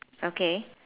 okay